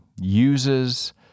uses